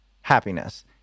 Happiness